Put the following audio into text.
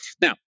Now